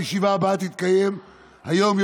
הישיבה הבאה תתקיים היום,